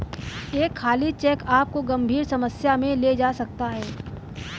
एक खाली चेक आपको गंभीर समस्या में ले जा सकता है